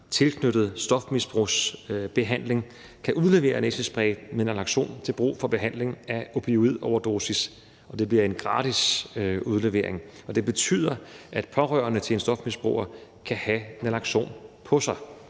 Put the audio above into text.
tilknyttet stofmisbrugsbehandling kan udlevere næsespray med naloxon til brug for behandling af opioidoverdosis. Og det bliver en gratis udlevering. Det betyder, at pårørende til en stofmisbruger kan have naloxon på sig.